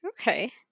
Okay